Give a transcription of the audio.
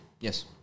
yes